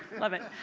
love it.